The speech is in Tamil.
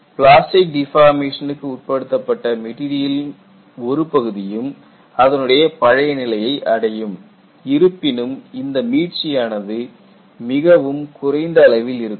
பிளாஸ்டிக் டிஃபார்மேஷனுக்கு உட்படுத்தப்பட்ட மெட்டீரியல் ஒரு பகுதியும் அதனுடைய பழைய நிலையை அடையும் இருப்பினும் இந்த மீட்சி ஆனது மிகவும் குறைந்த அளவில் இருக்கும்